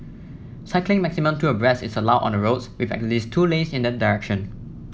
cycling maximum two abreast is allowed on the roads with at least two lanes in that direction